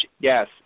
Yes